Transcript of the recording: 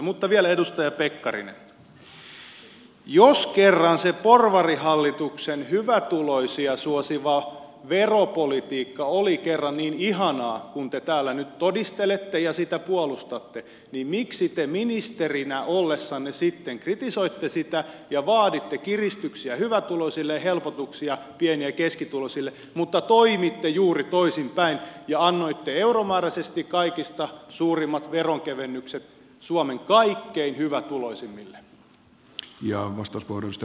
mutta vielä edustaja pekkarinen jos kerran se porvarihallituksen hyvätuloisia suosiva veropolitiikka oli kerran niin ihanaa kuin te täällä nyt todistelette ja sitä puolustatte niin miksi te ministerinä ollessanne sitten kritisoitte sitä ja vaaditte kiristyksiä hyvätuloisille ja helpotuksia pieni ja keskituloisille mutta toimitte juuri toisinpäin ja annoitte euromääräisesti kaikista suurimmat veronkevennykset suomen kaikkein hyvätuloisimmille